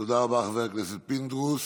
תודה רבה, חבר הכנסת פינדרוס.